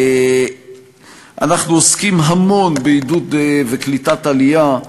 אנחנו עוסקים המון בעידוד וקליטת עלייה,